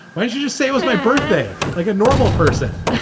why do you just say it was my birthday? like a normal person